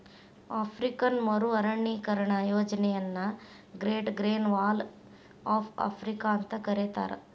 African ಮರು ಅರಣ್ಯೇಕರಣ ಯೋಜನೆಯನ್ನ Great Green Wall of Africa ಅಂತ ಕರೇತಾರ